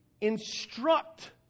instruct